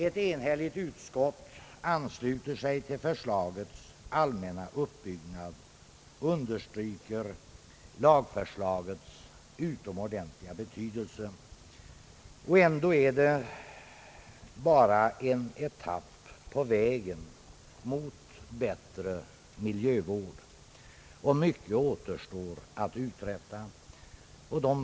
Ett enhälligt utskott ansluter sig till lagförslagets allmänna uppbyggnad och understryker dess utomordentliga betydelse. Ändå är det bara en etapp på vägen mot bättre miljövård. Mycket återstår att uträtta.